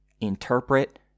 interpret